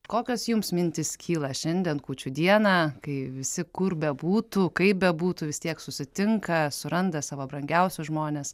kokios jums mintys kyla šiandien kūčių dieną kai visi kur bebūtų kai bebūtų vis tiek susitinka suranda savo brangiausius žmones